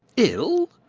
ill!